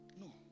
No